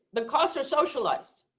the costs are socialized.